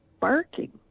barking